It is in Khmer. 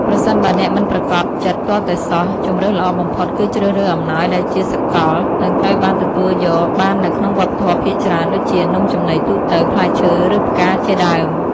ប្រសិនបើអ្នកមិនប្រាកដចិត្តទាល់តែសោះ ជម្រើសល្អបំផុតគឺជ្រើសរើសអំណោយដែលជាសកល និងត្រូវបានទទួលយកបាននៅក្នុងវប្បធម៌ភាគច្រើន ដូចជា នំចំណីទូទៅ ផ្លែឈើ ឬផ្កា ជាដើម។